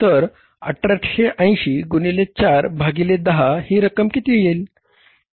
तर 1880 गुणिले 4 भागिले 10 ही रक्कम किती येईल